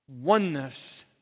Oneness